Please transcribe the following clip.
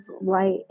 Light